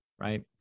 right